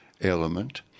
element